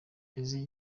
eazi